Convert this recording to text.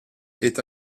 est